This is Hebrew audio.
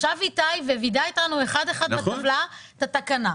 ישב איתי ווידא איתנו אחד אחד בטבלה את התקנה.